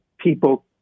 people